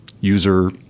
user